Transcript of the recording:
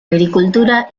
agricultura